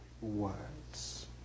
words